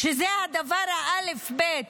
שזה האלף-בית,